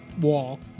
wall